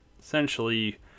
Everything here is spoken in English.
essentially